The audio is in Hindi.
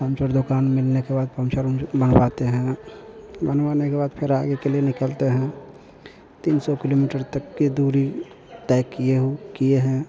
पंचर दुकान मिलने के बाद पंचर मँगवाते हैं बनवाने के बाद फिर आगे के लिए निकलते हैं तीन सौ किलोमीटर तक की दूरी तय किए हुए हैं